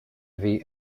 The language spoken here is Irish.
bhí